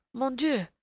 mon dieu!